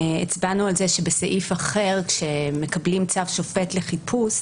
הצבענו על כך שבסעיף אחר כשמקבלים צו שופט לחיפוש